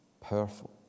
powerful